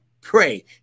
pray